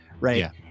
Right